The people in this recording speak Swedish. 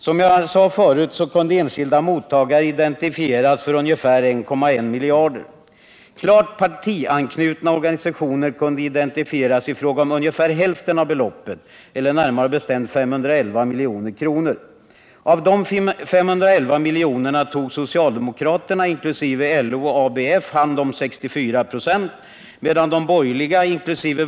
Som jag sade förut kunde enskilda mottagare identifieras för ungefär 1,1 miljarder kronor. Klart partianknutna organisationer kunde identifieras i fråga om ungefär hälften av beloppet eller 511 milj.kr. Av dessa S11 miljoner tog socialdemokraterna, inkl. LO och ABF, hand om hela 64 96, medan de borgerliga, inkl.